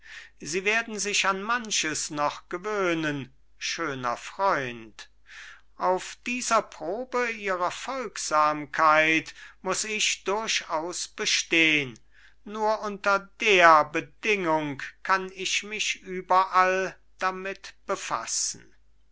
sie werden sich an manches noch gewöhnen schöner freund auf dieser probe ihrer folgsamkeit muß ich durchaus bestehn nur unter der bedingung kann ich mich überall damit befassen